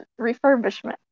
refurbishment